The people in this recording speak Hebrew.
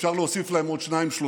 אפשר להוסיף להם עוד שניים-שלושה.